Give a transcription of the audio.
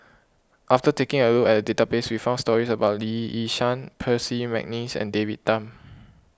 after taking a look at the database we found stories about Lee Yi Shyan Percy McNeice and David Tham